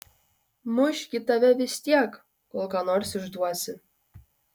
muš gi tave vis tiek kol ką nors išduosi